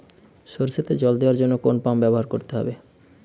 সরষেতে জল দেওয়ার জন্য কোন পাম্প ব্যবহার করতে হবে?